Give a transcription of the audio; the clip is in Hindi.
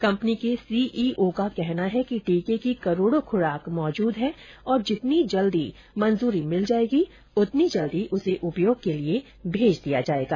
कंपनी के सीईओ का कहना है कि टीके की करोड़ों खुराक मौजूद हैं और जितनी जल्दी मंजूरी मिल जाएगी उतनी जल्दी उसे उपयोग के लिए भेज दिया जाएगा